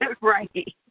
Right